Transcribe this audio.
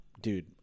dude